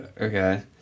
Okay